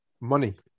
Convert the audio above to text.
Money